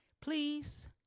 Please